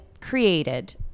created